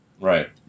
right